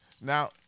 Now